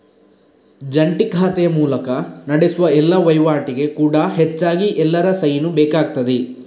ಜಂಟಿ ಖಾತೆಯ ಮೂಲಕ ನಡೆಸುವ ಎಲ್ಲಾ ವೈವಾಟಿಗೆ ಕೂಡಾ ಹೆಚ್ಚಾಗಿ ಎಲ್ಲರ ಸೈನು ಬೇಕಾಗ್ತದೆ